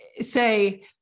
say